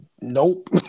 nope